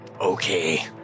Okay